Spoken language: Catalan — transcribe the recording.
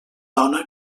dona